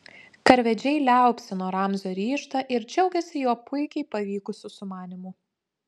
karvedžiai liaupsino ramzio ryžtą ir džiaugėsi jo puikiai pavykusiu sumanymu